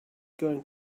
going